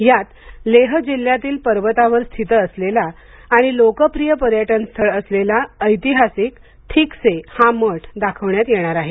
यात लेह जिल्ह्यातील पर्वतावर स्थित असलेला आणि लोकप्रिय पर्यटन स्थळ असलेलाऐतिहासिक थिक से मठ दाखवण्यात येणार आहे